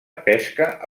pesca